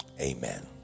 Amen